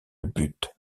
but